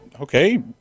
Okay